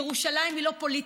ירושלים היא לא פוליטיקה.